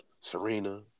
Serena